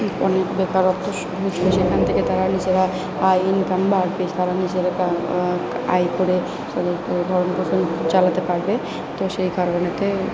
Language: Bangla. অনেক বেকারত্ব গুচবে সেখান থেকে তারা নিজেরা ইনকাম বা ধারণ হিসেবে সেটা আয় করে ভরণ পোষণ চালাতে পারবে তো সেই কারণেতে